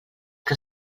que